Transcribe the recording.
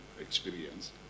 experience